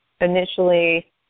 initially